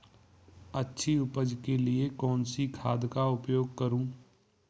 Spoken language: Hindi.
अच्छी उपज के लिए कौनसी खाद का उपयोग करूं?